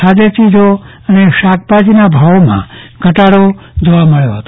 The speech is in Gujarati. ખાઘ અને શાકભાજીના ભાવોમાં ઘટાડો જોવા મળ્યો હતો